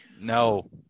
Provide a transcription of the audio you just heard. No